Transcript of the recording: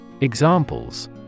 Examples